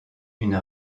une